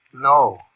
No